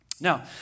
Now